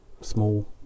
small